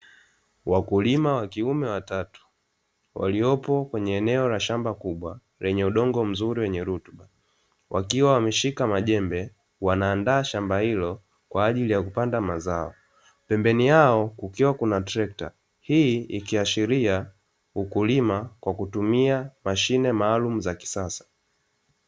Wakulima wakiume watatu, waliopo kwenye eneo la shamba kubwa lenye udongo mzuri wenye rutuba, wakiwa wameshika majembe wanaandaa shamba hilo kwa ajili ya kupanda mazao, pembeni yao kukiwa kuna trekta, hii ikiashiria uklima kwa kutumia mashine maalum za kisasa.